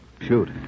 Shoot